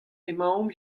emaomp